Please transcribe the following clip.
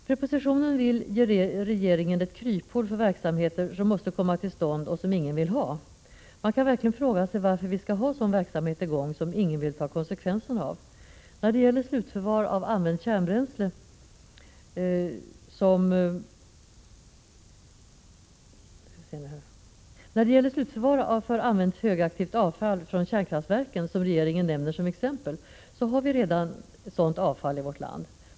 Propositionen ville ge regeringen ett kryphål för verksamheter som måste komma till stånd och som ingen vill ha. Man kan verkligen fråga sig varför vi skall ha sådan verksambet i gång, som ingen vill ta konsekvenserna av. När det gäller slutförvar för använt högaktivt avfall från kärnkraftverken, som regeringen nämner som exempel, vill jag peka på att vi redan har sådant avfall i vårt land.